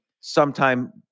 sometime